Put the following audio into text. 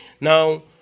Now